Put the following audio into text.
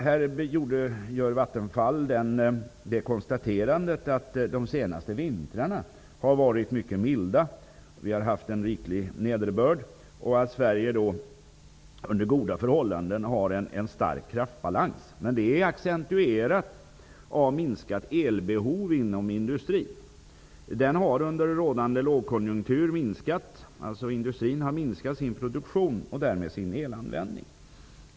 Här gör Vattenfall det konstaterandet att de senaste vintrarna har varit mycket milda, att vi har haft riklig nederbörd och att Sverige under goda år har en stark kraftbalans, men att det accentueras av minskat elbehov inom industrin. Den har under rådande lågkonjunktur minskat sin produktion och därmed sin elanvändning.